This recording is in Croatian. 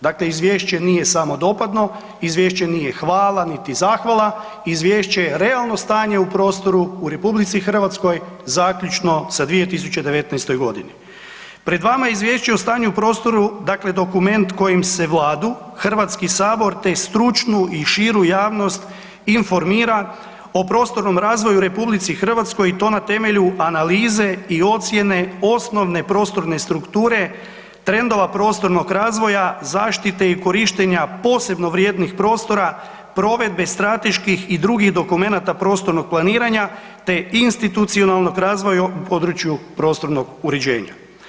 Dakle, izvješće nije samodopadno, izvješće nije hvala niti zahvala, izvješće je realno stanje u prostoru u RH zaključno sa 2019.g. Pred vama je Izvješće o stanju u prostoru, dakle dokument kojim se vladu, HS, te stručnu i širu javnost informira o prostornom razvoju u RH i to na temelju analize i ocjene osnovne prostorne strukture trendova prostornog razvoja, zaštite i korištenja posebno vrijednih prostora, provedbe strateških i drugih dokumenata prostornog planiranja, te institucionalnog razvoja u području prostornog uređenja.